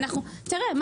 תראה,